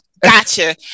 gotcha